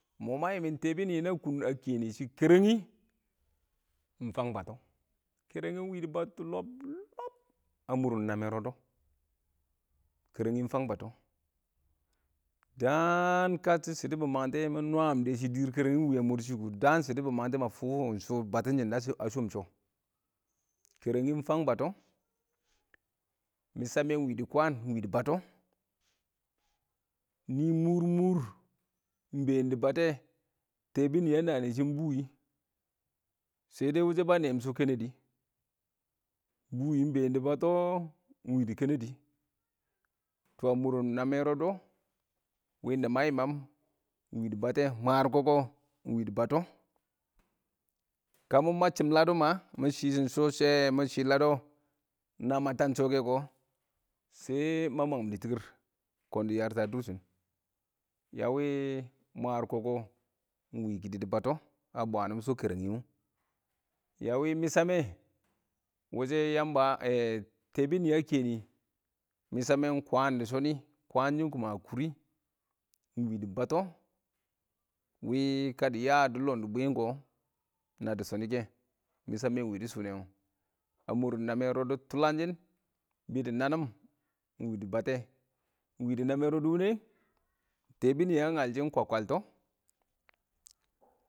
Mu ma yimmin teebonniye a kʊn na kɛ nɪ shɪ kerrang iɪng fang batts krrngi iɪng wɪɪn dɪ battu bb. bb a murɪn namen rsdds, krrang iɪng fang batts daan kashɪ shɪdo bɪ mangtɛ mɪ nwam shɪ dʊm krrng. Ingwi a mʊr shɪ kʊ ma fofu sho daan battin shɪn dɔ a chom sho kerring ingfang batts mishame ingwi dɪ kwaan ingwi dɪ batts nɪ mʊr mue ingbeen dɪ batte teebon nɪyɛ a nani shɪn iɪng buyi shɛ dɛ wishe ba neem sho kɛnɛdɪ buyi ingbeen dɪ batts ingwi kene dɪ tɔ a murɪn namen rsdds ma yiman ingwi dɪ batte wɪɪn mwar ksks ingwi dɪ batts kə mɪ nacchim sho ieds, mɪ shwi shɪm ieds iɪng na tab shoke kʊ shɛ ma mangim dɪ tɪkɪr kʊn dɪ yarte dʊr shɪ a wɪɪn mwar ksks iɪng kiɪdɪ dɪ batts a bwanin iɪng sho krrngi wʊ a wɪɪn misha mɪ wishe yamba teebon nɪyɛ, misame iɪng kwan dɪ shni kwan shɪ kuma a kuri by wɪɪn dɪ batts kə dɪ ya dɪ bn dɪ bwɪm kʊ naddi shske mishame ingwi dɪ shuʊnɛ wo a murɪn naman rsdds tulangshin ingwi dɪ nanain iɪng wɪɪn dɪ batte ingwidi namen rodds woni teebon nɪyɛ yang angal shɪn kwakalts.